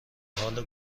حال